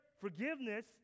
forgiveness